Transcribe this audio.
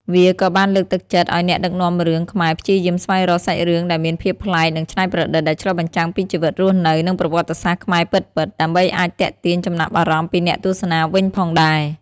វាក៏បានលើកទឹកចិត្តឲ្យអ្នកដឹកនាំរឿងខ្មែរព្យាយាមស្វែងរក សាច់រឿងដែលមានភាពប្លែក និងច្នៃប្រឌិត ដែលឆ្លុះបញ្ចាំងពីជីវិតរស់នៅ និងប្រវត្តិសាស្ត្រខ្មែរពិតៗ ដើម្បីអាចទាក់ទាញចំណាប់អារម្មណ៍ពីអ្នកទស្សនាវិញផងដែរ។